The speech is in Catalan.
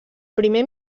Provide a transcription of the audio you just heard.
primer